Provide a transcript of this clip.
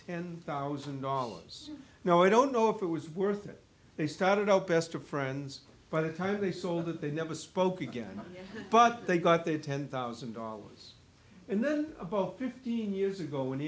ten thousand dollars now i don't know if it was worth it they started opus to friends by the time they sold it they never spoke again but they got their ten thousand dollars and then about fifteen years ago